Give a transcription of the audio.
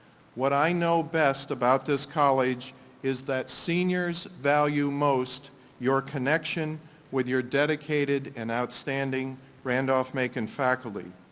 what i know best about this college is that seniors value most your connection with your dedicated and outstanding randolph-macon faculty,